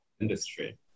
industry